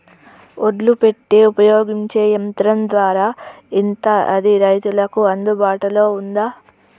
ఒడ్లు పెట్టే ఉపయోగించే యంత్రం ధర ఎంత అది రైతులకు అందుబాటులో ఉందా?